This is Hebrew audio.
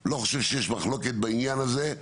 אני לא חושב שיש מחלוקת בעניין הזה,